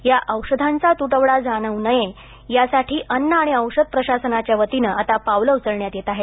या औषधांचा तुटवडा जाणवू नये यासाठी अन्न आणि औषध प्रशासनाच्या वतीनं आता पावलं उचलण्यात येत आहेत